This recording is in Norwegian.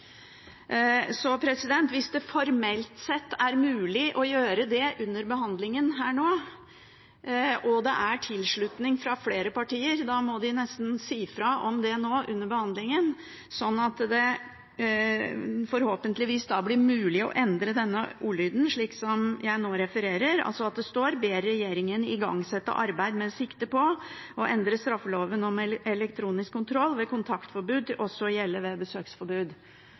Så hvis det formelt sett er mulig å gjøre det nå under behandlingen her, og det er tilslutning fra flere partier, må de nesten si fra om det nå under behandlingen sånn at det forhåpentligvis da blir mulig å endre denne ordlyden slik som jeg nå refererer. Da skal det altså stå at Stortinget ber regjeringen igangsette arbeid med sikte på å endre straffeloven om elektronisk kontroll ved kontaktforbud til også å gjelde ved besøksforbud.